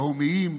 תהומיים,